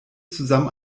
zusammen